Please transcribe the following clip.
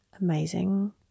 amazing